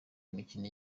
imikino